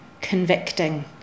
convicting